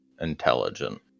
intelligent